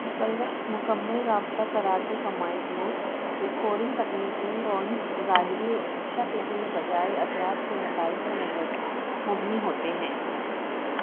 مکلہ مکمل رابطہ karate kumite میں اسکورنگ تکنیک میں پوائنٹس ظاہری شکل کے بجائے اثرات کے نتائج پر مبنی ہوتے ہیں